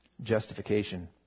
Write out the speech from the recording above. justification